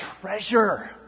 treasure